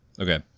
Okay